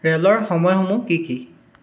ৰে'লৰ সময়সমূহ কি কি